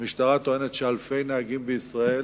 המשטרה טוענת שאלפי נהגים בישראל